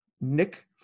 Nick